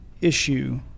issue